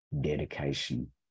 dedication